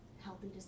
Healthy